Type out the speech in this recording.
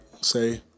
say